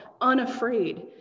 unafraid